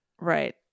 Right